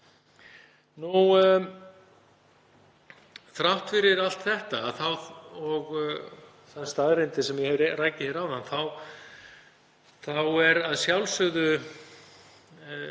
Þrátt fyrir allt þetta og þær staðreyndir sem ég hef rakið hér þá er að sjálfsögðu